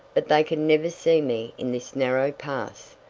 but they can never see me in this narrow pass.